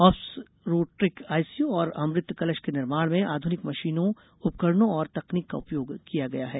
आब्सरोट्रिक ICU और अमृत कलश के निर्माण में आधुनिक मशीनों उपकरणों और तकनीक का उपयोग किया गया है